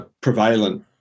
prevalent